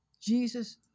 Jesus